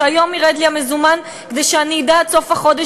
שהיום ירד לי המזומן כדי שאדע עד סוף החודש,